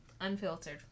unfiltered